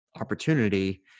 opportunity